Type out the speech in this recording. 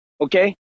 Okay